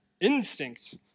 Instinct